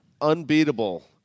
unbeatable